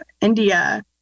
India